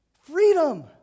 freedom